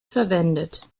verwendet